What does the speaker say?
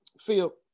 Phil